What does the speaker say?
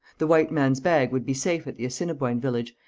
the white man's bag would be safe at the assiniboine village,